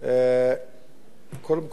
קודם כול,